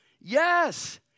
Yes